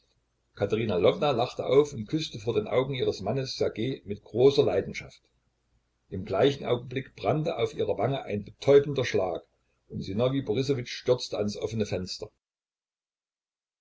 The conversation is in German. katerina lwowna lachte auf und küßte vor den augen ihres mannes ssergej mit großer leidenschaft im gleichen augenblick brannte auf ihrer wange ein betäubender schlag und sinowij borissowitsch stürzte ans offene fenster